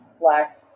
Black